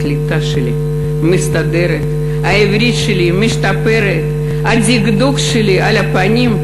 // הקליטה שלי מסתדרת / העברית שלי משתפרת / הדקדוק שלי 'על הפנים'